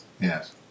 Yes